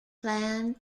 clan